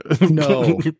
No